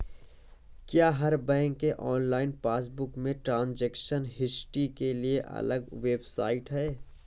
क्या हर बैंक के ऑनलाइन पासबुक में ट्रांजेक्शन हिस्ट्री के लिए अलग वेबसाइट है?